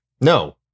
No